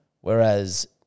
Whereas